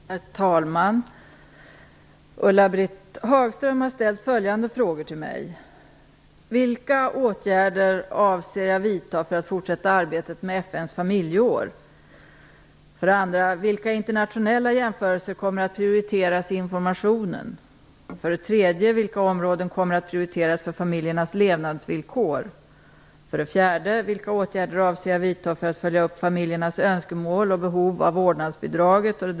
Herr talman! Ulla-Britt Hagström har ställt följande frågor till mig: 1. Vilka åtgärder avser jag vidta för att fortsätta arbetet med FN:s familjeår? 2. Vilka internationella jämförelser kommer att prioriteras i informationen? 3. Vilka områden kommer att prioriteras för familjernas levnadsvillkor? 5.